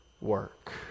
work